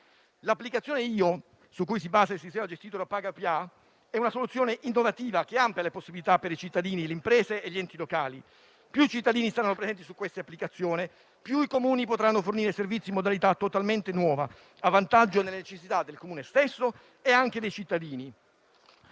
L'applicazione IO, su cui si basa il sistema gestito da PagoPA, è una soluzione innovativa che amplia le possibilità per i cittadini, le imprese e gli enti locali. Più i cittadini saranno presenti su quest'applicazione, più i Comuni potranno fornire servizi in modalità totalmente nuova, a vantaggio delle necessità del Comune stesso e dei cittadini.